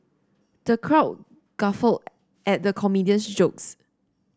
the crowd guffawed at the comedian's jokes